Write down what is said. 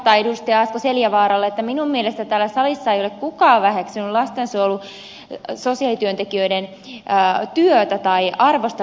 asko seljavaaralle että minun mielestäni täällä salissa ei ole kukaan väheksynyt sosiaalityöntekijöiden työtä tai arvostellut heitä